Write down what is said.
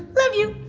love you!